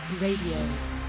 Radio